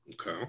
Okay